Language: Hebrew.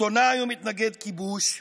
עיתונאי ומתנגד כיבוש,